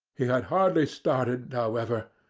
he had hardly started, however,